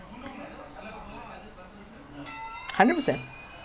ya lah that's why they said women usually got advantage lah usually